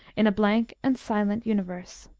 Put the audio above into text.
in a blank and silent universe.